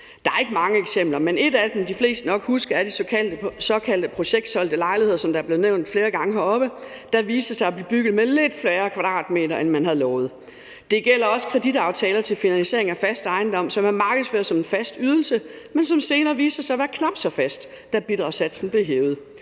Der er ikke mange eksempler, men et af dem, de fleste nok husker, er de såkaldte projektsolgte lejligheder, der er blevet nævnt flere gange heroppe, som viste sig at blive bygget med lidt færre kvadratmeter, end man havde lovet. Det gælder også kreditaftaler til finansiering af fast ejendom, som man markedsførte som en fast ydelse, men som senere viste sig at være knap så fast, da bidragssatsen blev hævet.